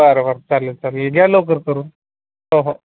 बरं बरं चालेल चालेल घ्या लवकर करून हो हो